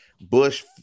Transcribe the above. Bush